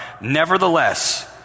Nevertheless